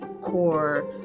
core